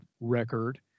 record